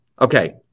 Okay